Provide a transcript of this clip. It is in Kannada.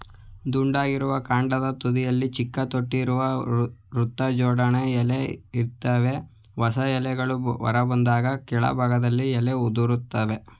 ದುಂಡಗಿರುವ ಕಾಂಡದ ತುದಿಲಿ ಚಿಕ್ಕ ತೊಟ್ಟಿರುವ ವೃತ್ತಜೋಡಣೆ ಎಲೆ ಇರ್ತವೆ ಹೊಸ ಎಲೆಗಳು ಹೊರಬಂದಾಗ ಕೆಳಭಾಗದ ಎಲೆ ಉದುರ್ತವೆ